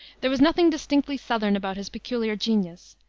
there was nothing distinctly southern about his peculiar genius,